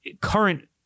current